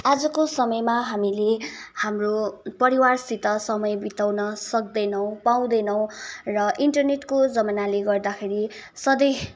आजको समयमा हामीले हाम्रो परिवारसित समय बिताउन सक्दैनौँ पाउँदैनौँ र इन्टरनेटको जमानाले गर्दाखेरि सधैँ